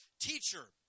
Teacher